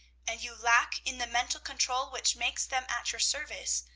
and you lack in the mental control which makes them at your service,